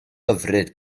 hyfryd